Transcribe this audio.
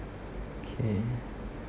okay